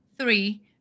three